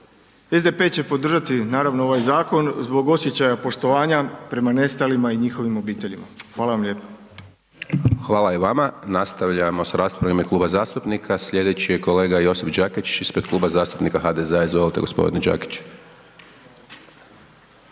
SDP će podržati ovaj zakon zbog osjećaja poštovanja prema nestalima i njihovim obiteljima. Hvala vam lijepo. **Hajdaš Dončić, Siniša (SDP)** Hvala i vama. Nastavljamo s raspravama u ime kluba zastupnika. Sljedeći je kolega Josip Đakić ispred Kluba zastupnika HDZ-a, izvolite g. Đakić.